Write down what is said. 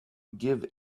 give